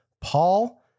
Paul